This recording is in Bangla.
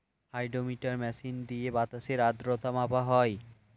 হাইড্রোমিটার মেশিন দিয়ে বাতাসের আদ্রতার মাত্রা মাপা হয়